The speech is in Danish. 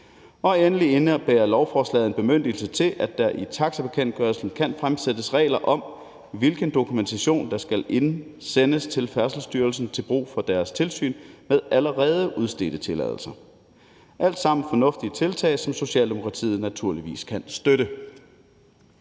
Endelig indebærer lovforslaget en bemyndigelse til, at der i taxibekendtgørelsen kan fremsættes regler om, hvilken dokumentation der skal indsendes til Færdselsstyrelsen til brug for deres tilsyn med allerede udstedte tilladelser. Alle sammen er fornuftige tiltag, som Socialdemokratiet naturligvis kan støtte.